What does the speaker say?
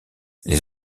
les